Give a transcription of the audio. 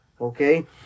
Okay